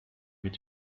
mit